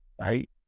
right